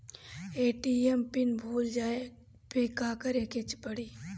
ATM PIN भूल जाए पे का करे के पड़ी?